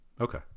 Okay